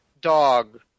dog